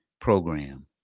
program